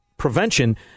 prevention